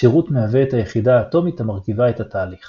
שירות מהווה את היחידה האטומית המרכיבה את התהליך